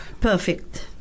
Perfect